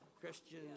Christian